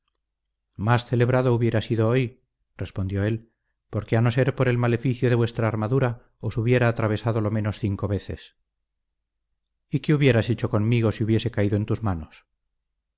más celebrado hubiera sido hoy respondió él porque a no ser por el maleficio de vuestra armadura os hubiera atravesado lo menos cinco veces y qué hubieras hecho conmigo si hubiese caído en tus manos